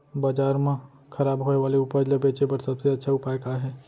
बाजार मा खराब होय वाले उपज ला बेचे बर सबसे अच्छा उपाय का हे?